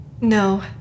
No